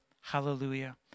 Hallelujah